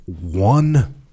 one